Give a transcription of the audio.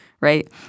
right